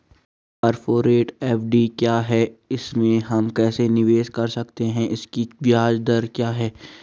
Corporate FD क्या है इसमें हम कैसे निवेश कर सकते हैं इसकी ब्याज दर क्या है?